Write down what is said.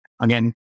again